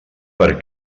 per